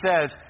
says